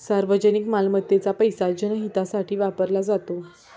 सार्वजनिक मालमत्तेचा पैसा जनहितासाठी वापरला जातो